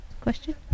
Question